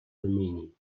армении